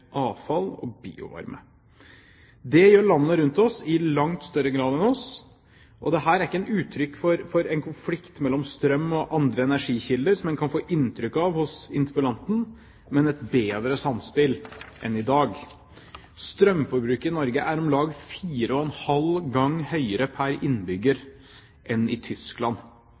avfall og biovarme. Det gjør landene rundt oss i langt større grad enn oss. Dette er ikke et uttrykk for en konflikt mellom strøm og andre energikilder, som en kan få inntrykk av hos interpellanten, men det er et uttrykk for å ha et bedre samspill enn i dag. Strømforbruket i Norge er om lag fire og en halv gang høyere pr. innbygger enn i Tyskland.